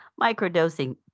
microdosing